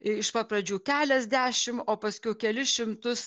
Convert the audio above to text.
iš pat pradžių keliasdešim o paskiau kelis šimtus